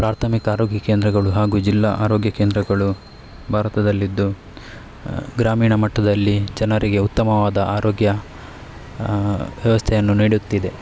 ಪ್ರಾಥಮಿಕ ಆರೋಗ್ಯ ಕೇಂದ್ರಗಳು ಹಾಗು ಜಿಲ್ಲಾ ಆರೋಗ್ಯ ಕೇಂದ್ರಗಳು ಭಾರತದಲ್ಲಿದ್ದು ಗ್ರಾಮೀಣ ಮಟ್ಟದಲ್ಲಿ ಜನರಿಗೆ ಉತ್ತಮವಾದ ಆರೋಗ್ಯ ವ್ಯವಸ್ಥೆಯನ್ನು ನೀಡುತ್ತಿದೆ